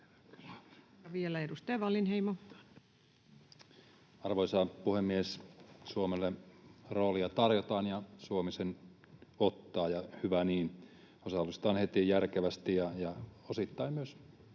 Vielä edustaja Wallinheimo. Arvoisa puhemies! Suomelle roolia tarjotaan, ja Suomi sen ottaa, ja hyvä niin. Osallistutaan heti järkevästi ja osittain myös